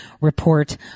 report